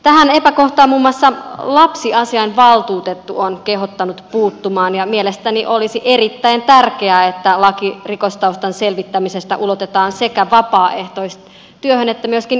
tähän epäkohtaan muun muassa lapsiasiavaltuutettu on kehottanut puuttumaan ja mielestäni olisi erittäin tärkeää että laki rikostaustan selvittämisestä ulotetaan sekä vapaaehtoistyöhön että myöskin yrittäjätoimintaan